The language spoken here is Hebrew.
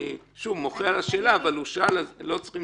אני מוחה על השאלה אבל הוא שאל אז לא צריך להתייחס,